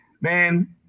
man